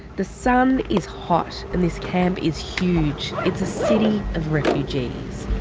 the sun is hot and this camp is huge it's a city of refugees.